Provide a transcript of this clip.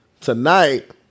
Tonight